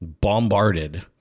bombarded